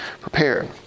prepared